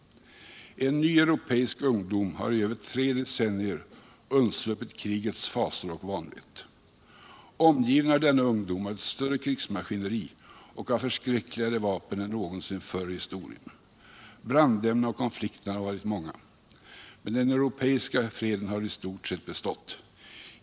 En ny europeisk ungdom har i över tre decennier undsluppit krigets fasor och vanvett. Omgiven är denna ungdom av ett större krigsmaskineri och av förskräckligare vapen än någonsin förr i historien. Brandämnena och konflikterna har varit många, men den europeiska freden har i stort sett bestått.